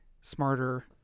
smarter